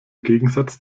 gegensatz